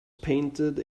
painted